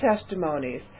testimonies